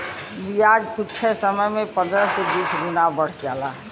बियाज कुच्छे समय मे पन्द्रह से बीस गुना बढ़ जाला